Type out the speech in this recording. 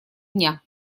дня